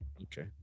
Okay